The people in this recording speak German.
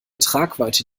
tragweite